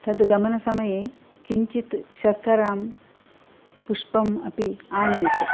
तद् गमनसमये किञ्चित् शर्करां पुष्पम् अपि आनयतु